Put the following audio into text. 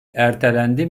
ertelendi